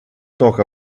talk